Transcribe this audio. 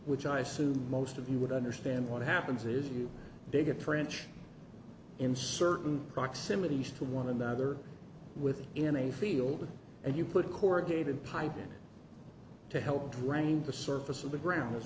which i assume most of you would understand what happens is you dig a trench in certain proximity to one another with in a field and you put corrugated pipe in it to help drain the surface of the ground as